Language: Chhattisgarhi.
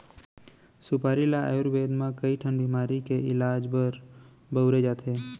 सुपारी ल आयुरबेद म कइ ठन बेमारी के इलाज बर बउरे जाथे